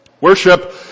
worship